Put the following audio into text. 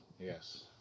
Yes